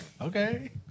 Okay